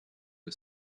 the